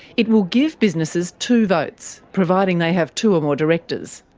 it will give businesses two votes, providing they have two or more directors.